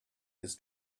his